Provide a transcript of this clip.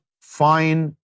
fine